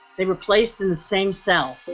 they were placed in the same cell